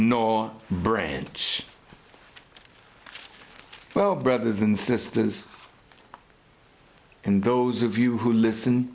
nor branch well brothers and sisters and those of you who listen